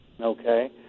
okay